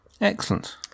Excellent